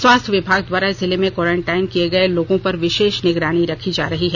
स्वास्थ्य विभाग द्वारा जिले में क्वारंटाइन किये गए लोगों पर विषेष निगरानी रखी जा रही है